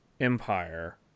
Empire